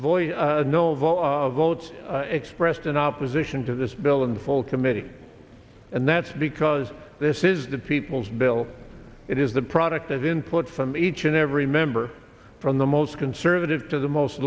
the votes expressed in opposition to this bill in the full committee and that's because this is the people's bill it is the product of input from each and every member from the most conservative to the most